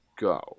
go